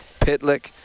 Pitlick